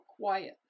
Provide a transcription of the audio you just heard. quiet